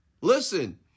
Listen